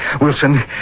Wilson